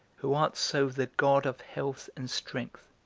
who art so the god of health and strength,